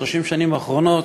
30 השנים האחרונות,